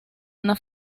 una